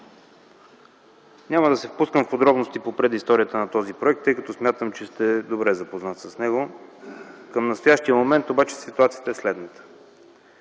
няма да се впускам в подробности по предисторията на този проект, тъй като смятам, че сте добре запознат с него. Към настоящият момент обаче ситуацията е следната: